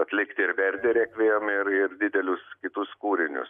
atlikti ir verdi rekviem ir ir didelius kitus kūrinius